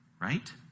Right